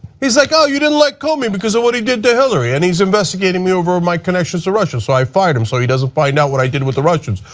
like ah you didn't like comey because of what he did to hillary and he's investigating me over my connections to russia so i fired him so he doesn't find out what i did with russians,